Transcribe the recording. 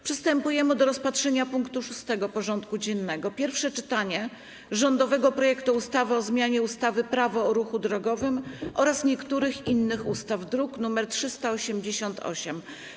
Przystępujemy do rozpatrzenia punktu 6. porządku dziennego: Pierwsze czytanie rządowego projektu ustawy o zmianie ustawy - Prawo o ruchu drogowym oraz niektórych innych ustaw (druk nr 388)